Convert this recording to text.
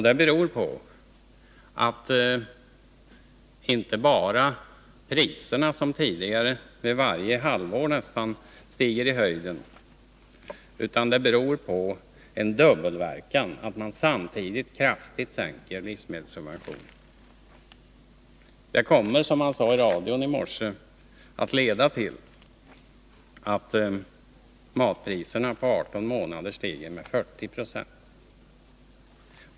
Det beror inte bara på att priserna nästan varje halvår stiger i höjden, utan också på att det blir en dubbelverkan, när man samtidigt kraftigt sänker livsmedelssubventionerna. Detta kommer, som man sade i radion i morse, att leda till att matpriserna på 18 månader stiger med 40 26.